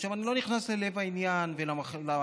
עכשיו, אני לא נכנס ללב העניין ולמחלוקות